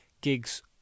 gigs